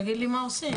תגיד לי מה עושים.